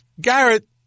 Garrett